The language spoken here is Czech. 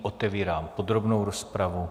Otevírám podrobnou rozpravu.